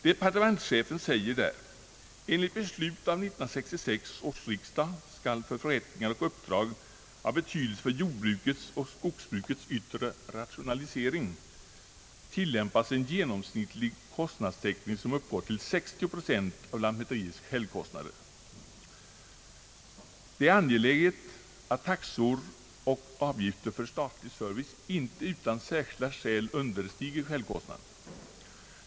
Departementschefen säger: »Enligt beslut av 1966 års riksdag skall för förrättningar och uppdrag av betydelse för jordbrukets och skogsbrukets yttre rationalisering tillämpas en genomsnittlig kostnadstäckning, som uppgår till 60 70 av lantmäteriets självkostnader. Det är angeläget att taxor och avgifter för statlig service inte utan särskilda skäl understiger självkostnaden.